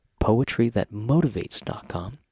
poetrythatmotivates.com